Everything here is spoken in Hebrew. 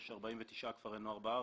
יש 49 כפרי נוער בארץ.